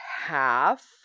half